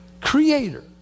Creator